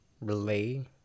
relay